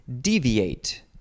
DEVIATE